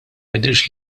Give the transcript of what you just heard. jidhirx